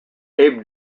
abe